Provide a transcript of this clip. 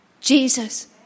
Jesus